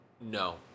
no